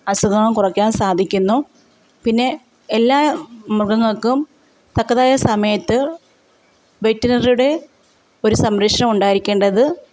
അസുഖങ്ങള് കുറക്കാന് സാധിക്കുന്നു പിന്നെ എല്ലാ മൃഗങ്ങൾക്കും തക്കതായ സമയത്ത് വെറ്റിനറിയുടെ ഒരു സംരക്ഷണം ഉണ്ടായിരിക്കേണ്ടത്